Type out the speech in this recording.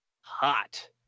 hot